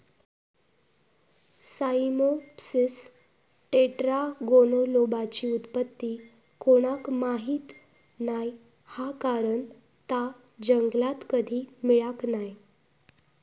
Cyamopsis टेट्रागोनोलोबाची उत्पत्ती कोणाक माहीत नाय हा कारण ता जंगलात कधी मिळाक नाय